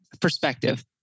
perspective